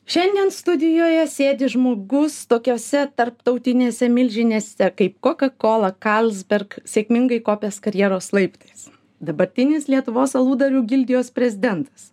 šiandien studijoje sėdi žmogus tokiose tarptautinėse milžinėse kaip koka kola karlsberg sėkmingai kopęs karjeros laiptais dabartinis lietuvos aludarių gildijos prezidentas